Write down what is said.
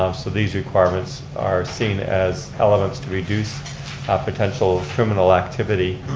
um so these requirements are seen as elements to reduce ah potential criminal activity.